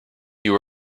you